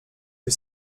que